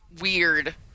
weird